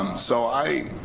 um so i